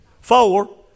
four